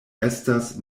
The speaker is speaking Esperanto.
estas